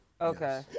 Okay